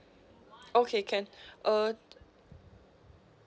okay can uh